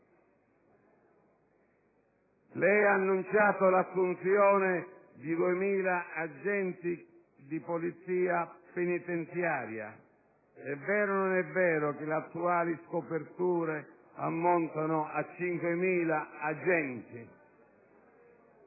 Lei ha annunciato l'assunzione di 2.000 agenti di polizia penitenziaria. È vero o non è vero che le attuali scoperture ammontano a 5.000 agenti?